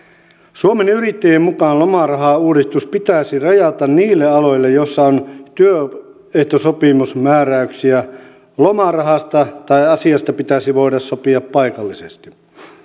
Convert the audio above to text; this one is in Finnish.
suomen yrittäjien mukaan lomarahauudistus pitäisi rajata niille aloille joilla on työehtosopimusmääräyksiä lomarahasta tai asiasta pitäisi voida sopia paikallisesti